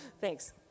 Thanks